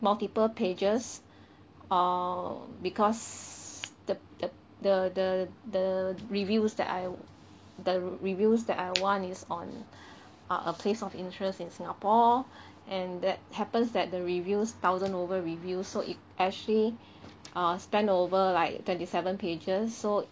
multiple pages err because the the the the the reviews that I the reviews that I want is on uh a place of interest in singapore and that happens that the reviews thousand over reviews so it actually err span over like twenty seven pages so